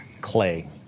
Clay